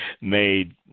made